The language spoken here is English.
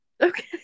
Okay